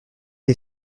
est